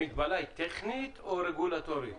המגבלה היא טכנית או רגולטורית?